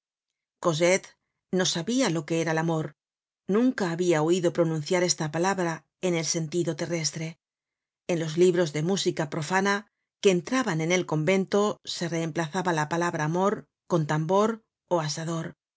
cosette no sabia lo que era el amor nunca habia oido pronunciar esta palabra en el sentido terrestre en los libros de música profana que entraban en el convento se reemplazaba la palabra amor con tambor ó asador